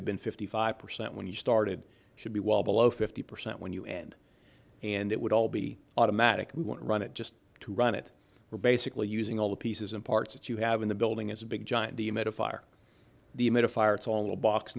have been fifty five percent when you started should be well below fifty percent when you end and it would all be automatic we won't run it just to run it we're basically using all the pieces and parts that you have in the building as a big giant he made a fire the